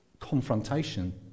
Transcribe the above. confrontation